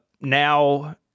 now